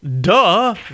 duh